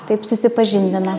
taip susipažindina